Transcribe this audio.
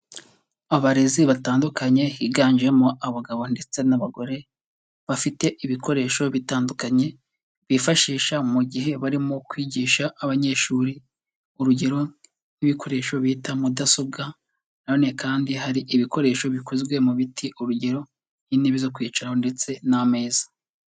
Abarezi batandukanye higanjemo abagabo ndetse n'abagore, bafite ibikoresho bitandukanye, bifashisha mu gihe barimo kwigisha abanyeshuri, urugero: nk'ibikoresho bita mudasobwa, na none kandi hari ibikoresho bikozwe mu biti, urugero: nk'intebe zo kwicaraho ndetse n'ameza.